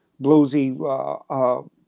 bluesy